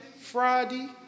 Friday